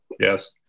yes